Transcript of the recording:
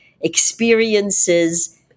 experiences